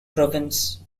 province